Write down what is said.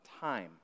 time